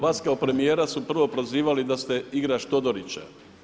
Vas kao premijera su prvo prozivali da ste igrač Todorića.